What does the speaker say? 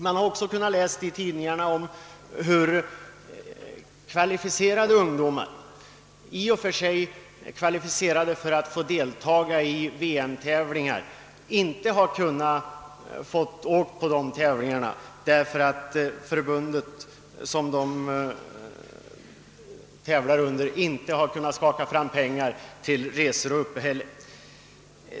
Man har också kunnat läsa i tidningarna om att ungdomar, som i och för sig varit kvalificerade att delta i VM-tävlingar, inte fått åka till tävlingarna därför att det förbund de tävlar för inte kunnat skaka fram pengar till resor och uppehälle.